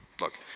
look